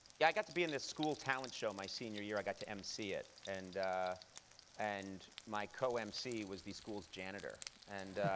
yeah, i got to be in this school talent show my senior year. i got to mc it. and and my co-mc was the school's janitor. and